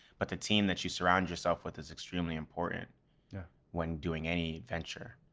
but the team that you surround yourself with is extremely important yeah when doing any venture